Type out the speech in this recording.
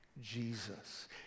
Jesus